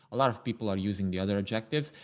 a lot of people are using the other objectives.